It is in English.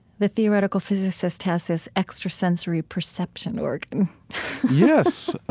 the theoretical physicist has this extrasensory perception organ yes.